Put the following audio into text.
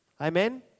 Amen